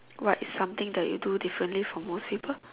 what is something that you do differently from most people